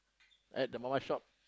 at the mama-shop